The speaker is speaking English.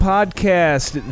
Podcast